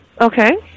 Okay